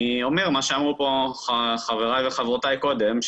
אני אומר מה שאמרו פה חבריי וחברותיי קודם,